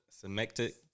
Semitic